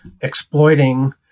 exploiting